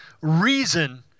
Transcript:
reason